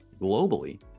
Globally